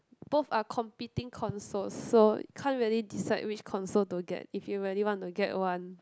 both are competing consoles so can't really decide which console to get if you really want to get one